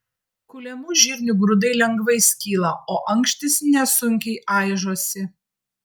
kuliamų žirnių grūdai lengvai skyla o ankštys nesunkiai aižosi